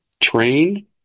train